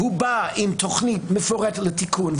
והוא בא עם תוכנית מפורטת לתיקון,